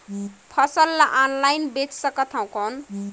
फसल ला ऑनलाइन बेचे सकथव कौन?